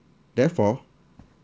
therefore